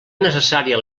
necessària